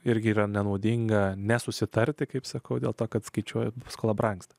irgi yra nenaudinga nes susitarti kaip sakau dėl to kad skaičiuoja skolą brangsta